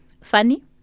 Funny